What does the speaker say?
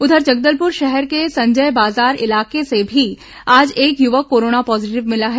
उधर जगदलपुर शहर के संजय बाजार इलाके से भी आज एक युवक कोरोना पॉजीटिव मिला है